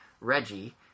Reggie